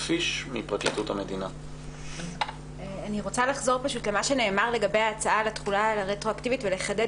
אני רוצה לחזור על ההצעה שנאמרה לגבי התחולה הרטרואקטיבית ולחדד